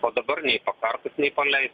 o dabar nei pakartas nei paleistas